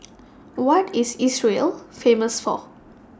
What IS Israel Famous For